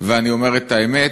ואני אומר את האמת,